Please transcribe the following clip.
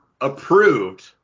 Approved